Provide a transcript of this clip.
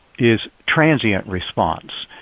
is transient response.